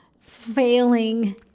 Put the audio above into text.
failing